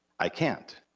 i can't.